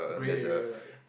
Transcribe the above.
grey area like